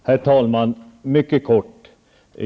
Herr talman! Jag skall fatta mig mycket kort.